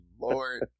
Lord